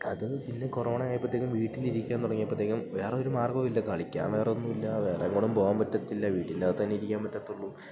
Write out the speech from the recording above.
അത് പിന്നെ കൊറോണ ആയപ്പത്തേക്കും വീട്ടിലിരിക്കാൻ തൊടങ്ങിയപ്പത്തേക്കും വേറൊരു മാർഗ്ഗോം ഇല്ല കളിക്കാൻ വേറൊന്നും ഇല്ല വേറെങ്ങടും പോവാൻ പറ്റത്തില്ല വീട്ടിൻറ്റകത്തന്നെ ഇരിക്കാൻ പറ്റത്തൊള്ളു